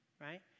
right